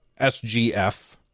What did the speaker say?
SGF